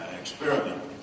experiment